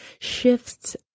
shifts